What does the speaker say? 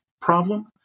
problem